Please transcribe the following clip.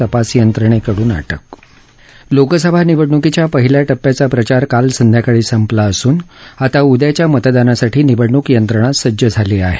तपास यंत्रणेकडून अटक लोकसभा निवडणुकीच्या पहिल्या टप्प्याचा प्रचार काल संध्याकाळी संपला असून आता उद्याच्या मतदानासाठी निवडणूक यंत्रणा सज्ज झाली आहे